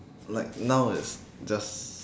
like now it's just